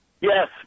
yes